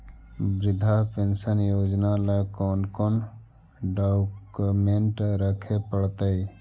वृद्धा पेंसन योजना ल कोन कोन डाउकमेंट रखे पड़तै?